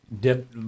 Dip